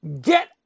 Get